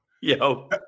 Yo